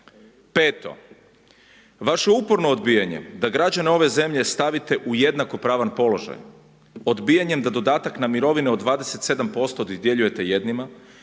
Peto. Vaše uporno odbijanje da građane ove zemlje stavite u jednakopravan položaj, odbijanjem da dodatak na mirovine od 27% dodjeljujete jednima,